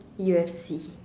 U_F_C